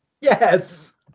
yes